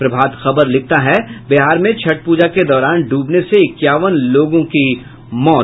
प्रभात खबर लिखता है बिहार में छठ पूजा के दौरान डूबने से इक्यावन लोगों की मौत